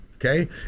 Okay